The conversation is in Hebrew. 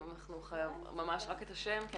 אני